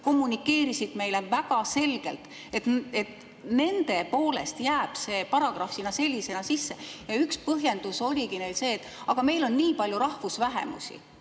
kommunikeerisid meile väga selgelt, et nende poolest jääb see paragrahv sinna sisse. Üks põhjendus oligi see, et aga meil on nii palju rahvusvähemusi.